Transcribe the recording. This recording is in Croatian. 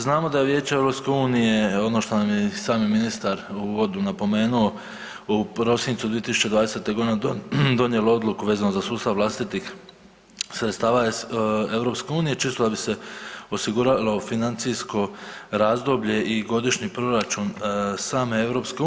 Znamo da Vijeće EU ono što nam je i sam ministar u uvodu napomenuo u prosincu 2020.g. donijelo odluku vezano za sustav vlastitih sredstava EU čisto da bi se osiguralo financijsko razdoblje i godišnji proračun same EU.